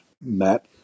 matt